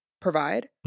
provide